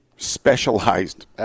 specialized